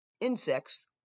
insects